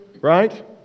Right